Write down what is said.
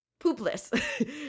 poopless